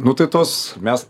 nu tai tos mes